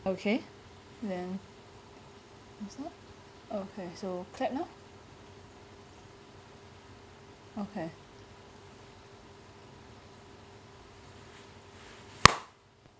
okay then now okay so now okay